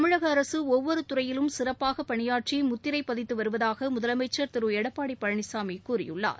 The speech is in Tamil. தமிழக அரசு அஒவ்வொரு துறையிலும் சிறப்பாக பணியாற்றி முத்திரை பதித்து வருவதாக முதலமைச்சர் திரு எடப்பாடி பழனிசாமி கூறியுள்ளார்